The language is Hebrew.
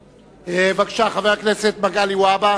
בבקשה, חבר הכנסת מגלי והבה.